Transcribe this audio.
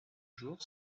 jour